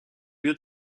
lieu